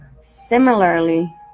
Similarly